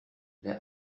the